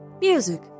Music